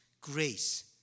grace